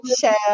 share